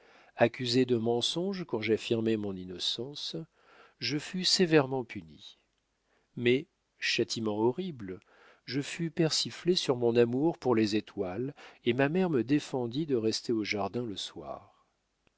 accusé de mensonge quand j'affirmais mon innocence je fus sévèrement puni mais châtiment horrible je fus persiflé sur mon amour pour les étoiles et ma mère me défendit de rester au jardin le soir